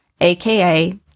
aka